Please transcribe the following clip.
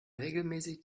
regelmäßig